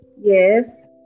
Yes